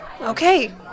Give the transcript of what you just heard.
Okay